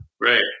Right